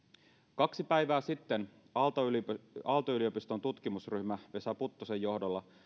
kaksi päivää sitten aalto yliopiston aalto yliopiston tutkimusryhmä vesa puttosen johdolla